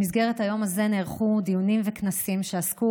במסגרת היום הזה נערכו דיונים וכנסים שעסקו